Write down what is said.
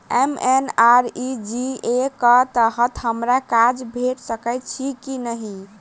MNREGA कऽ तहत हमरा काज भेट सकय छई की नहि?